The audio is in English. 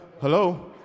hello